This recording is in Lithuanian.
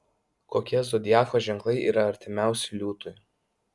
kokie zodiako ženklai yra artimiausi liūtui